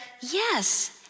yes